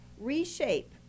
Reshape